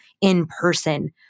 in-person